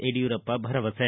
ಯಡಿಯೂರಪ್ಪ ಭರವಸೆ